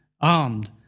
armed